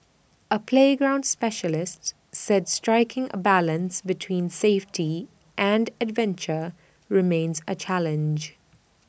A playground specialist said striking A balance between safety and adventure remains A challenge